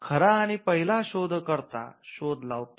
खरा आणि पहिला शोधकर्ता शोध लावतो